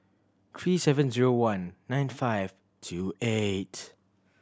three seven zero one nine five two eight